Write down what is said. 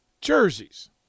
jerseys